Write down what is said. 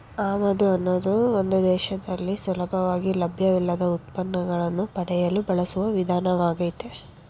ಆಮದು ಅನ್ನೋದು ಒಂದು ದೇಶದಲ್ಲಿ ಸುಲಭವಾಗಿ ಲಭ್ಯವಿಲ್ಲದ ಉತ್ಪನ್ನಗಳನ್ನು ಪಡೆಯಲು ಬಳಸುವ ವಿಧಾನವಾಗಯ್ತೆ